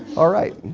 alright.